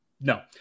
No